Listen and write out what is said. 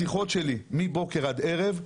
השיחות שלי מבוקר עד ערב,